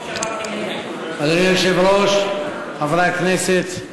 אדוני היושב-ראש, חברי הכנסת,